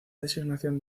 designación